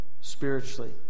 spiritually